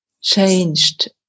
changed